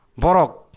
Borok